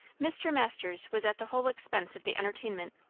mr. masters was at the whole expense of the entertainment,